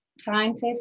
scientists